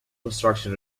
construction